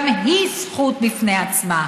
גם היא זכות בפני עצמה.